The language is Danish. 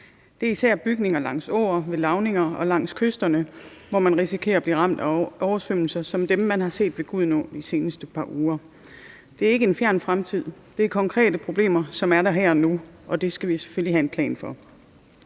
Det er især bygninger langs åer med lavninger og langs kysterne, hvor man risikerer at blive ramt af oversvømmelser som dem, man har set ved Gudenåen det seneste par uger. Det er ikke en fjern fremtid, det er konkrete problemer, som er der her og nu, og det skal vi selvfølgelig have en plan for.